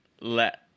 let